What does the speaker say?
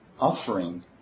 offering